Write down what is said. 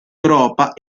europa